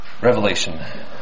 Revelation